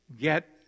get